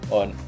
on